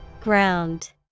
Ground